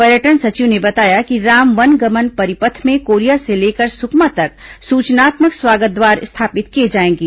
पर्यटन सचिव ने बताया कि राम वनगमन परिपथ में कोरिया से लेकर सुकमा तक सूचनात्मक स्वागत द्वार स्थापित किए जाएंगे